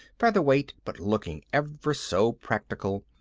featherweight but looking ever so practical,